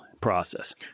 process